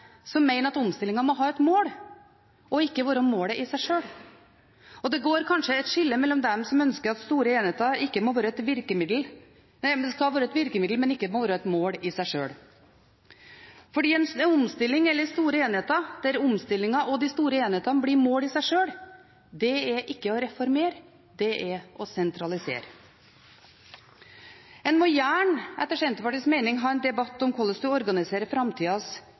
mål og ikke være målet i seg sjøl. Og det er kanskje noen som ønsker at store enheter må være et virkemiddel, men ikke et mål i seg sjøl. For om omstillingene eller de store enhetene blir mål i seg sjøl, handler det ikke om å reformere, men om å sentralisere. En må gjerne, etter Senterpartiets mening, ha en debatt om hvordan man organiserer framtidas